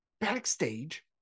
backstage